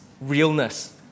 realness